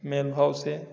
mail भाव से